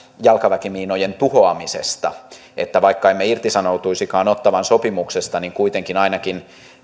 jalkaväkimiinojen tuhoamisesta että vaikka emme irtisanoutuisikaan ottawan sopimuksesta niin kuitenkin ainakin